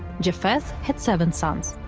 japheth had seven sons,